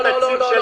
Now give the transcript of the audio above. לא, לא, לא.